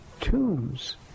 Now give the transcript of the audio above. tombs